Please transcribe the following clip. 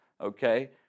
Okay